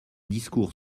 discours